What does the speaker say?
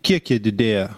kiekiai didėja